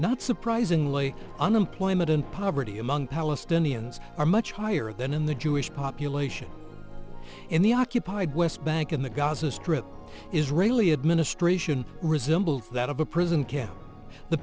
not surprisingly unemployment and poverty among palestinians are much higher than in the jewish population in the occupied west bank in the gaza strip israeli administration resembles that of a prison camp the